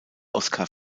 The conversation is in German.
oskar